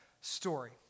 story